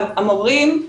המורים,